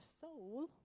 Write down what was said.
soul